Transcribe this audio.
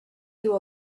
you